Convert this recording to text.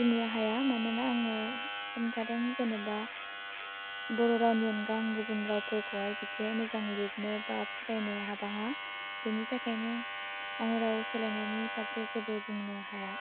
बुंनो हाया मानोना आङो होनखादों जेनेबा ब'र रावनि अनगा आं गुबुन रावफोरखौहाय एसे मोजां लिरनो बा फरायनो हाबाङा बेनि थाखायनो आङो राव सोलायनायनि फारसे जेबो बुंनो हाया